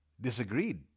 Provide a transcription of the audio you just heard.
disagreed